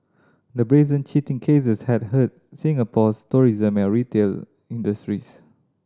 the brazen cheating cases had hurt Singapore's tourism and retail industries